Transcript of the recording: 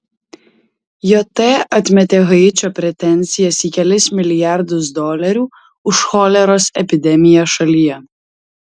jt atmetė haičio pretenzijas į kelis milijardus dolerių už choleros epidemiją šalyje